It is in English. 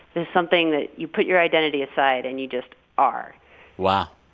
this something that you put your identity aside and you just are wow.